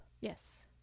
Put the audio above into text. Yes